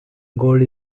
gold